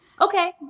okay